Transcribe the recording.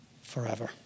forever